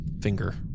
finger